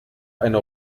eine